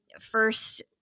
First